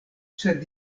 sed